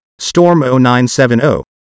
Storm0970